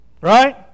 Right